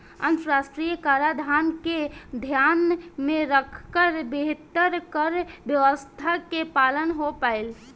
अंतरराष्ट्रीय कराधान के ध्यान में रखकर बेहतर कर व्यावस्था के पालन हो पाईल